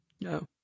No